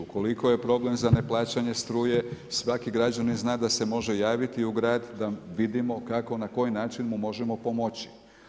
Ukoliko je problem za neplaćanje struje, svaki građanin zna, da se može javiti u grad, da vidimo kako, na koji način mu možemo pomoći.